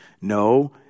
No